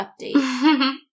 update